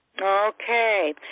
Okay